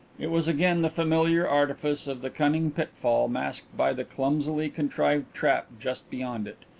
it was again the familiar artifice of the cunning pitfall masked by the clumsily contrived trap just beyond it.